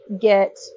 get